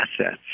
assets